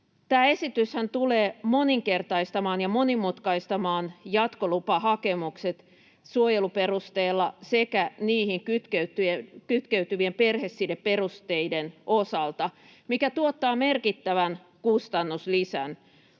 Tämä esityshän tulee moninkertaistamaan ja monimutkaistamaan jatkolupahakemukset suojeluperusteella sekä niihin kytkeytyvien perhesideperusteiden osalta, mikä tuottaa merkittävän kustannuslisän,